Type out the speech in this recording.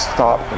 Stop